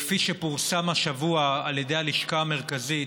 כפי שפורסם השבוע על ידי הלשכה המרכזית,